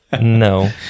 No